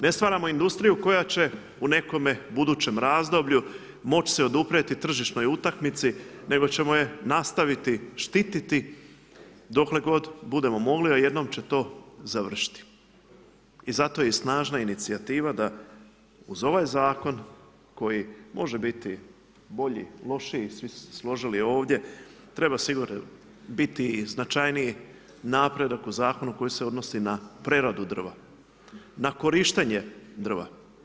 Ne stvaramo industriju koja će u nekome budućem razdoblju moći se oduprijeti tržišnoj utakmici, nego ćemo je nastaviti štititi dokle god budemo mogli, a jednom će to završiti i zato je i snažna inicijativa da uz ovaj zakon koji može biti bolji, lošiji, svi su se složili ovdje, treba sigurno biti značajniji napredak u zakonu koji se odnosu na preradu drva, na korištenje drva.